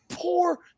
Poor